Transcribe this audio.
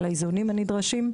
על האיזונים הנדרשים,